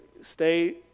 stay